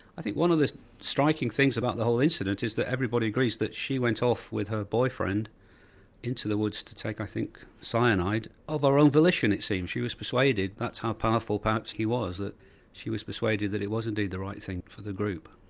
i think one of the striking things about the whole incident is that everybody agrees that she went off with her boyfriend into the woods to take i think cyanide, of her own volition it seems. she was persuaded, that's how powerful perhaps he was, that she was persuaded that it was indeed the right thing for the group.